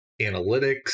analytics